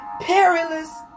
perilous